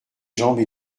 jambes